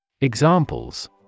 Examples